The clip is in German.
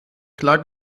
klar